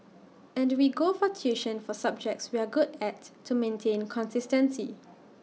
and we go for tuition for subjects we are good at to maintain consistency